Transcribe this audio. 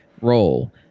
Roll